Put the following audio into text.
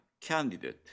candidate